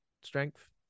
strength